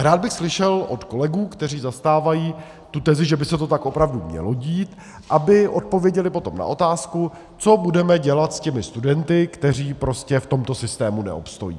Rád bych slyšel od kolegů, kteří zastávají tu tezi, že by se to tak opravdu mělo dít, aby odpověděli potom na otázku, co budeme dělat s těmi studenty, kteří prostě v tomto systému neobstojí.